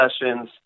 sessions